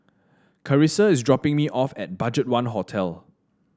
Karissa is dropping me off at BudgetOne Hotel